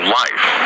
life